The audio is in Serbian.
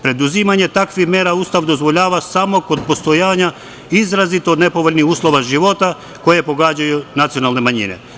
Preduzimanje takvih mera Ustav dozvoljava samo kod postojanja izrazito nepovoljnih uslova života koje pogađaju nacionalne manjine.